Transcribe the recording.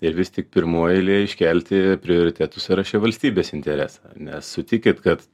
ir vis tik pirmoj eilėj iškelti prioritetų sąraše valstybės interesą nes sutikit kad